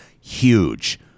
Huge